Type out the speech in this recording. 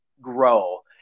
grow